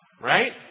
right